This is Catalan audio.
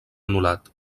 anul·lat